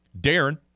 Darren